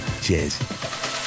Cheers